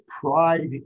pride